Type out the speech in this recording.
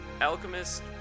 Alchemist